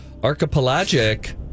archipelagic